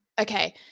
Okay